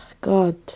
God